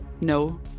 no